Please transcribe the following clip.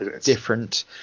different